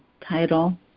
title